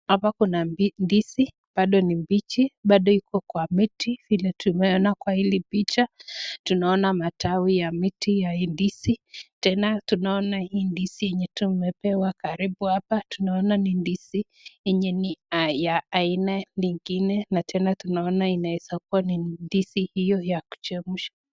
Hapa kuna ndizi bado ni mbichi. Bado iko kwa mti, vile tumeona kwa hili picha. Tunaona matawi ya miti ya hii ndizi, tena tunaona hii ndizi yenye tumepewa karibu hapa, tunaona ni ndizi yenye ni ya aina lingine na tena tunaona inaeza kuwa ni ndizi hiyo ya kuchemsha.